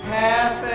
half